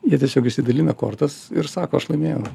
jie tiesiog išsidalina kortas ir sako aš laimėjau